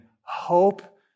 hope